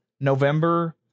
November